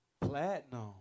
Platinum